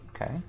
Okay